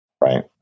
Right